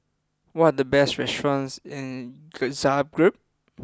what are the best restaurants in Zagreb